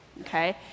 okay